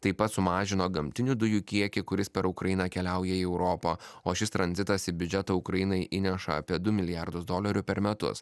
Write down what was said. taip pat sumažino gamtinių dujų kiekį kuris per ukrainą keliauja į europą o šis tranzitas į biudžetą ukrainai įneša apie du milijardus dolerių per metus